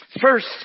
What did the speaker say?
First